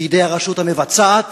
בידי הרשות המבצעת.